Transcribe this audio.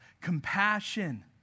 compassion